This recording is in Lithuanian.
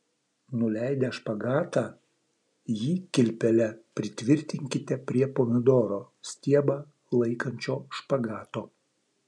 nuleidę špagatą jį kilpele pritvirtinkite prie pomidoro stiebą laikančio špagato